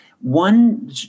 one